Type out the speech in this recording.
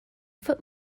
foot